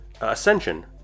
ascension